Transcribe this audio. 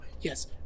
yes